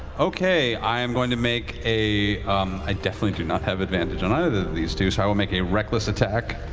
okay. i am going to make a i definitely do not have advantage on either of these two so i will make a reckless attack